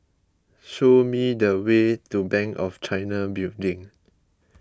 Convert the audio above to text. show me the way to Bank of China Building